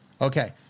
okay